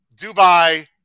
Dubai